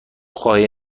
خواهی